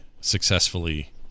successfully